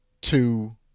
two